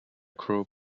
crow